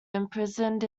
imprisoned